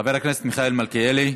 חבר הכנסת מיכאל מלכיאלי,